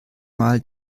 mal